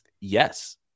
yes